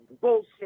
bullshit